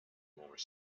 more